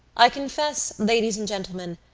i confess, ladies and gentlemen,